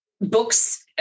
books